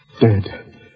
Dead